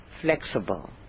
flexible